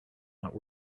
not